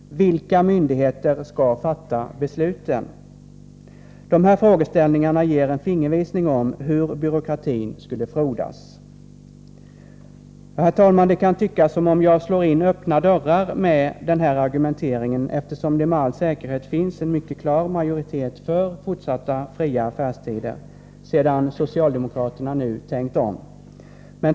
— Vilka myndigheter skall fatta besluten? De här frågeställningarna ger en fingervisning om hur byråkratin skulle frodas. Herr talman! Det kan tyckas som om jag slår in öppna dörrar med den här argumenteringen, eftersom det med all säkerhet finns en mycket klar majoritet för fortsatt fria affärstider sedan socialdemokraterna nu tänkt om.